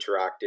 Interactive